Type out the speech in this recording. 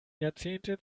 jahrzehnte